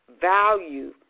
value